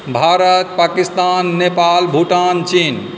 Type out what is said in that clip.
भारत पाकिस्तान नेपाल भूटान चीन